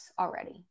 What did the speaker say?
already